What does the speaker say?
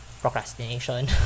procrastination